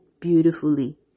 beautifully